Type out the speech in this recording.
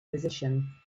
position